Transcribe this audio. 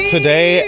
Today